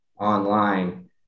online